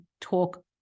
talk